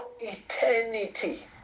eternity